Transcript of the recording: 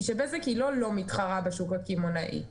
שבזק היא לא לא מתחרה בשוק הקמעונאי.